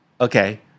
okay